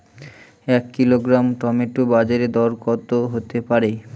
এক kilogram tomato বাজের দরকত হতে পারে?